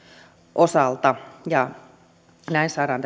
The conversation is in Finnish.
osalta ja näin saadaan